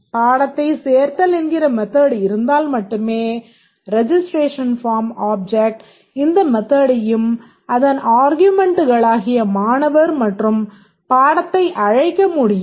பாடத்தை சேர்த்தல் என்கிற மெத்தட் இருந்தால் மட்டுமே ரெஜிஸ்ட்ரேஷன் ஃபார்ம் ஆப்ஜெக்ட் இந்த மெத்தடையும் அதன் ஆர்குமென்ட்களாகிய மாணவர் மற்றும் பாடத்தை அழைக்க முடியும்